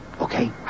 okay